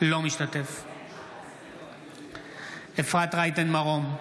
אינו משתתף בהצבעה אפרת רייטן מרום,